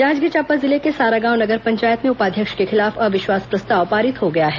जांजगीर चांपा जिले के सारागांव नगर पंचायत में उपाध्यक्ष के खिलाफ अविश्वास प्रस्ताव पारित हो गया है